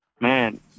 Man